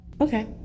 Okay